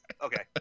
Okay